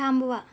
थांबवा